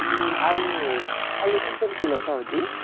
आलु आलु कसरी किलो छ हौ दिदी